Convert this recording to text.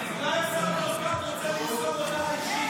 --- אולי השר ברקת רוצה למסור הודעה אישית?